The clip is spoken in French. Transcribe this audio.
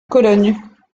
cologne